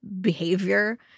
behavior